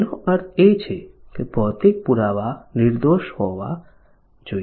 તેનો અર્થ એ છે કે ભૌતિક પુરાવા નિર્દોષ હોવા જોઈએ